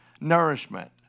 nourishment